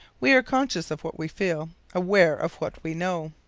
we are conscious of what we feel aware of what we know.